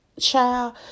child